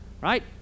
right